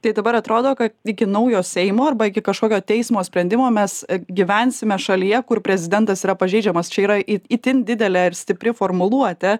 tai dabar atrodo kad iki naujo seimo arba iki kažkokio teismo sprendimo mes gyvensime šalyje kur prezidentas yra pažeidžiamas čia yra it itin didelė ir stipri formuluotė